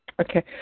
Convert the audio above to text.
Okay